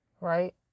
right